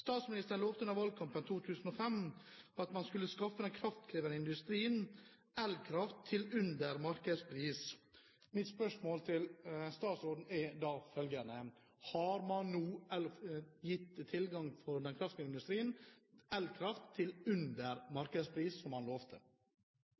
Statsministeren lovet under valgkampen i 2005 at man skulle skaffe den kraftkrevende industrien elkraft til under markedspris. Mitt spørsmål til statsråden er da følgende: Har man nå gitt den kraftkrevende industrien tilgang på elkraft til under